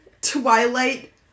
Twilight